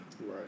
Right